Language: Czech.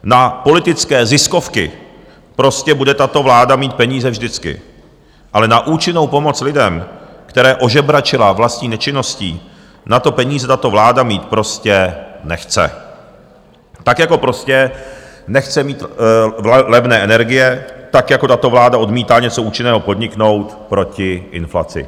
Na politické ziskovky prostě bude tato vláda mít peníze vždycky, ale na účinnou pomoc lidem, které ožebračila vlastní nečinností, na to peníze tato vláda mít prostě nechce, tak jako prostě nechce mít levné energie, tak jako tato vláda odmítá něco účinného podniknout proti inflaci.